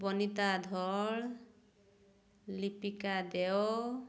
Banita Dhal Lipika Deo